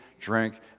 drink